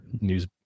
news